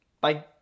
Bye